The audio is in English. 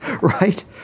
Right